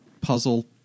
puzzle